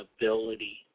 ability